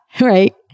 right